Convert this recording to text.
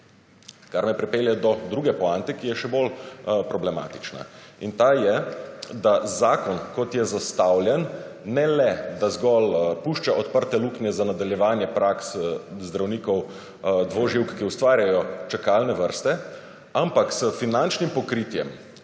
Kar me pripelje do druge poante, ki je še bolj problematična. In ta je, da zakon kot je zastavljen ne le, da zgolj pušča odprte luknje za nadaljevanje praks zdravnikov dvoživk, ki ustvarjajo čakalne vrste, ampak s finančnim pokritjem,